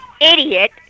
idiot